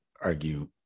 argue